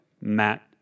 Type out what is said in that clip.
Matt